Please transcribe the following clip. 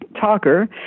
talker